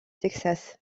texas